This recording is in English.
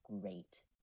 great